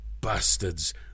bastards